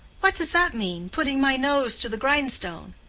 what does that mean putting my nose to the grindstone?